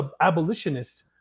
abolitionists